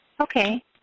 Okay